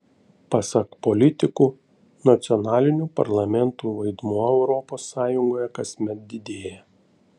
pasak politikų nacionalinių parlamentų vaidmuo europos sąjungoje kasmet didėja